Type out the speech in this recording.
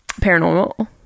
Paranormal